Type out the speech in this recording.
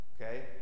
okay